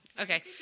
okay